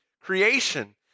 creation